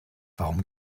warum